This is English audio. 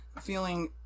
feeling